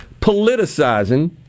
politicizing